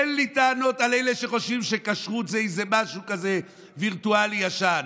אין לי טענות לאלה שחושבים שכשרות זה איזה משהו כזה וירטואלי ישן.